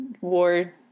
war